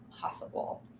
possible